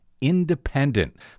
independent